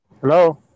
hello